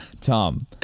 Tom